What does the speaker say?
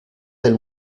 del